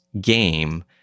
game